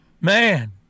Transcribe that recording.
man